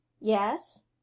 yes